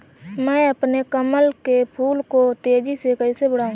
मैं अपने कमल के फूल को तेजी से कैसे बढाऊं?